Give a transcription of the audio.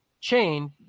chain